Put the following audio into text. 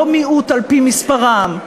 לא מיעוט על-פי מספרן,